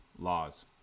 laws